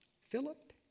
Philip